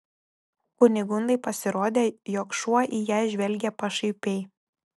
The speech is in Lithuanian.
kunigundai pasirodė jog šuo į ją žvelgia pašaipiai